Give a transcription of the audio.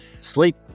Sleep